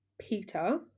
Peter